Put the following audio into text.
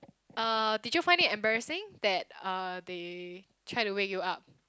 uh did you find it embarrassing that uh they try to wake you up